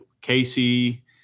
Casey